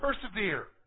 Persevere